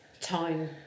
time